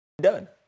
done